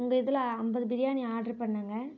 உங்கள் இதில் ஐம்பது பிரியாணி ஆட்ரு பண்ணேங்க